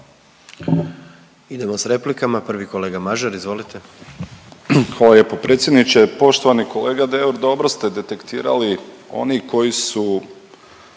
Idemo s replikama, prvi kolega Mažar izvolite. **Mažar, Nikola (HDZ)** Hvala lijepo predsjedniče. Poštovani kolega Deur dobro ste detektirali, oni koji su